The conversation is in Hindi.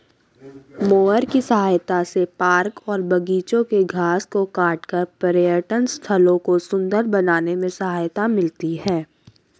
मोअर की सहायता से पार्क और बागिचों के घास को काटकर पर्यटन स्थलों को सुन्दर बनाने में सहायता मिलती है